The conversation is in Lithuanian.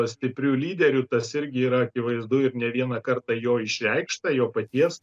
stipriu lyderiu tas irgi yra akivaizdu ir ne vieną kartą jo išreikšta jo paties